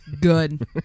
good